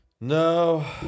No